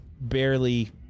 barely